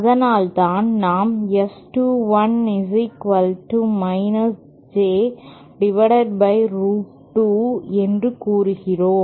அதனால்தான் நாம் S21 J root 2 என்று கூறுகிறோம்